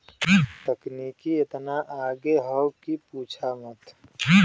तकनीकी एतना आगे हौ कि पूछा मत